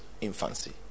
infancy